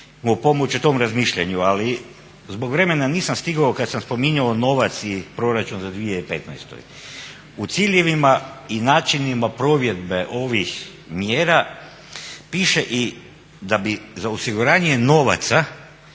mu pomoći u tom razmišljanju. Ali, zbog vremena nisam stigao kad sam spominjao novac i Proračun za 2015. U ciljevima i načinima provedbe ovih mjera piše i da bi za osiguranje novaca